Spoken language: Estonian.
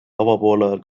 avapoolajal